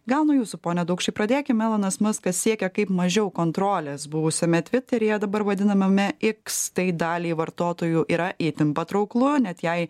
gal nuo jūsų pone daukšy pradėkim elonas maskas siekia kaip mažiau kontrolės buvusiame tviteryje dabar vadinamame iks tai daliai vartotojų yra itin patrauklu net jei